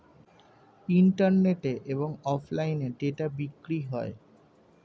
ইন্টারনেটে এবং অফলাইনে ডেটা বিক্রি হয়